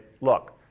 look